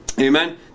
Amen